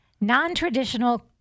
Non-traditional